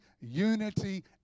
unity